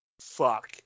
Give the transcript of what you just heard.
Fuck